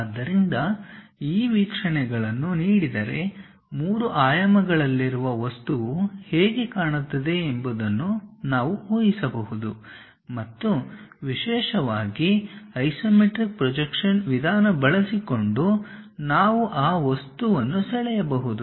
ಆದ್ದರಿಂದ ಈ ವೀಕ್ಷಣೆಗಳನ್ನು ನೀಡಿದರೆ ಮೂರು ಆಯಾಮಗಳಲ್ಲಿರುವ ವಸ್ತುವು ಹೇಗೆ ಕಾಣುತ್ತದೆ ಎಂಬುದನ್ನು ನಾವು ಊಹಿಸಬಹುದು ಮತ್ತು ವಿಶೇಷವಾಗಿ ಐಸೊಮೆಟ್ರಿಕ್ ಪ್ರೊಜೆಕ್ಷನ್ ವಿಧಾನ ಬಳಸಿಕೊಂಡು ನಾವು ಆ ವಸ್ತುವನ್ನು ಸೆಳೆಯಬಹುದು